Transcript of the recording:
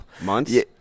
Months